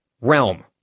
realm